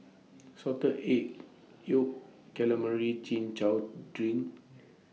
Salted Egg Yolk Calamari Chin Chow Drink